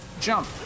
Jump